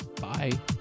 bye